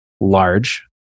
large